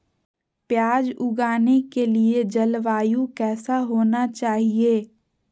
प्याज उगाने के लिए जलवायु कैसा होना चाहिए?